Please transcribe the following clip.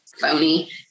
phony